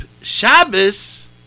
Shabbos